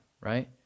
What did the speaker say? right